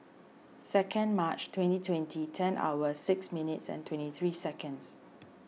second March twenty twenty ten hours six minutes and twenty three seconds